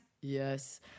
Yes